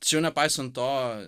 čia jau nepaisan to